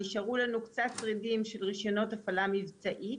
נשארו לנו קצת שרידים של רישיונות הפעלה מבצעית.